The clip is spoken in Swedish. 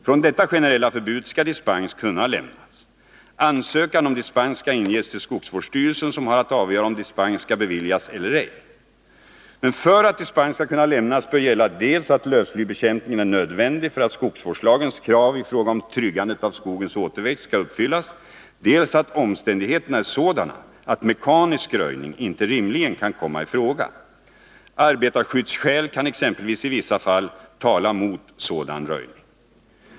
Från detta generella förbud skall dispens kunna lämnas. Ansökan om dispens skall inges till skogsvårdsstyrelsen som har att avgöra om dispens skall beviljas eller ej. För att dispens skall kunna lämnas bör gälla dels att lövslybekämpningen är nödvändig för att skogsvårdslagens krav i fråga om tryggandet av skogens återväxt skall uppfyllas, dels att omständigheterna är sådana att mekanisk röjning inte rimligen kan kommaii fråga. Arbetarskyddsskäl kan exempelvis i vissa fall tala mot sådan röjning.